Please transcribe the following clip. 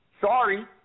Sorry